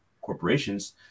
corporations